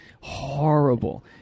horrible